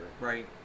Right